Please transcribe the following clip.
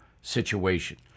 situation